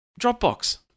Dropbox